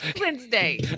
Wednesday